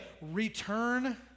return